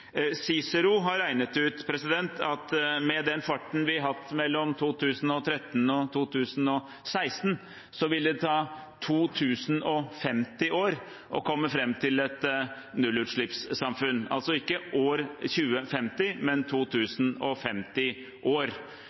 CICERO har regnet ut at med den farten vi har hatt mellom 2013 og 2016, vil det ta 2 050 år å komme fram til et nullutslippssamfunn – altså ikke i år 2050, men 2 050 år.